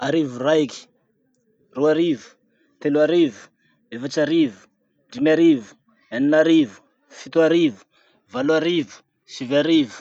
Arivo raiky, roa arivo, telo arivo, efatsy arivo, dimy arivo, eny arivo, fito arivo, valo arivo, sivy arivo.